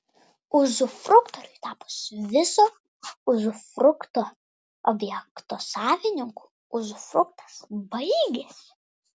uzufruktoriui tapus viso uzufrukto objekto savininku uzufruktas baigiasi